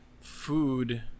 food